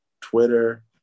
Twitter